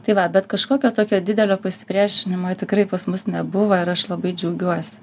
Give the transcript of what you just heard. tai va bet kažkokio tokio didelio pasipriešinimo tikrai pas mus nebuvo ir aš labai džiaugiuosi